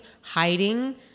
hiding